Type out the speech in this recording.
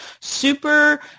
super